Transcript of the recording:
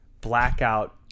blackout